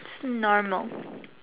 normal